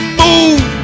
move